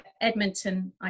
Edmonton